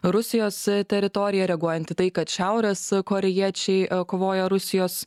rusijos teritoriją reaguojant į tai kad šiaurės korėjiečiai kovoja rusijos